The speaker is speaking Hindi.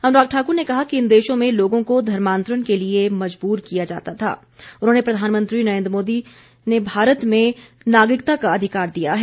अनुराग ठाक्र ने कहा कि इन देशों में लोगों को धर्मान्तरण के लिए मजबूर किया जाता था उन्हें प्रधानमंत्री नरेन्द्र मोदी ने भारत में नागरिकता का अधिकार दिया है